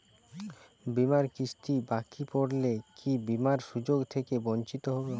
বিমার কিস্তি বাকি পড়লে কি বিমার সুযোগ থেকে বঞ্চিত হবো?